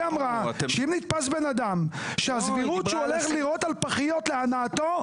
היא אמרה שאם נתפס בן אדם שהסבירות שהוא הולך לירות על פחיות להנאתו,